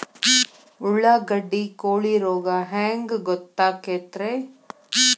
ಉಳ್ಳಾಗಡ್ಡಿ ಕೋಳಿ ರೋಗ ಹ್ಯಾಂಗ್ ಗೊತ್ತಕ್ಕೆತ್ರೇ?